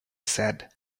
said